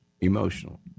emotional